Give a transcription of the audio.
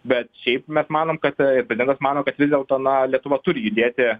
bet šiaip mes manom kad prezidentas mano kad vis dėlto na lietuva turi judėti